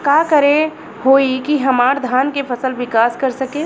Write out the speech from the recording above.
का करे होई की हमार धान के फसल विकास कर सके?